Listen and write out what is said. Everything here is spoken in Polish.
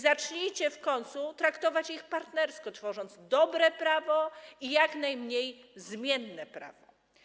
Zacznijcie w końcu traktować ich partnersko, tworząc dobre i jak najmniej zmienne prawo.